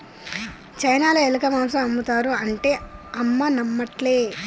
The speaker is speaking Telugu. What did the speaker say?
చైనాల ఎలక మాంసం ఆమ్ముతారు అంటే అమ్మ నమ్మట్లే